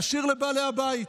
להשאיר לבעלי הבית.